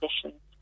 conditions